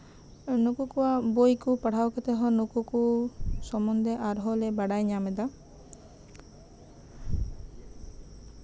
ᱱᱩᱠᱩ ᱠᱚᱣᱟᱜ ᱵᱳᱭ ᱠᱚ ᱯᱟᱲᱦᱟᱣ ᱠᱟᱛᱮᱫᱦᱚᱸ ᱱᱩᱠᱩ ᱥᱚᱢᱚᱱᱫᱷᱮ ᱟᱨᱚ ᱞᱮ ᱵᱟᱲᱟᱭ ᱧᱟᱢᱫᱟ